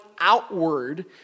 outward